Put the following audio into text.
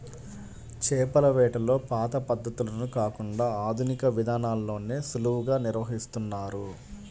చేపల వేటలో పాత పద్ధతులను కాకుండా ఆధునిక విధానాల్లోనే సులువుగా నిర్వహిస్తున్నారు